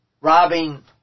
Robbing